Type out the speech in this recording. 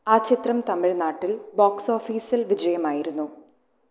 ആ ചിത്രം തമിഴ് നാട്ടിൽ ബോക്സോഫീസിൽ വിജയമായിരുന്നു